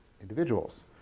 individuals